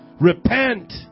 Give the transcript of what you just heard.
Repent